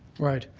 right.